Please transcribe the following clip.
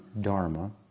Dharma